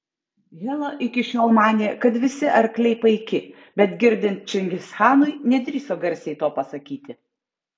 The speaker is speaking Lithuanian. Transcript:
hela iki šiol manė kad visi arkliai paiki bet girdint čingischanui nedrįso garsiai to pasakyti